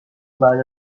بعد